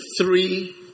three